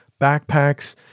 backpacks